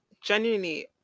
genuinely